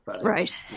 Right